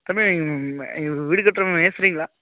தம்பி இங்கே வீடு கட்டுற மேஸ்திரிங்களா